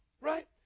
Right